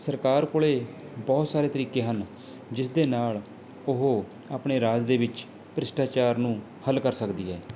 ਸਰਕਾਰ ਕੋਲ ਬਹੁਤ ਸਾਰੇ ਤਰੀਕੇ ਹਨ ਜਿਸ ਦੇ ਨਾਲ ਉਹ ਆਪਣੇ ਰਾਜ ਦੇ ਵਿੱਚ ਭ੍ਰਿਸ਼ਟਾਚਾਰ ਨੂੰ ਹੱਲ ਕਰ ਸਕਦੀ ਹੈ